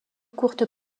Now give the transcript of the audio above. courtes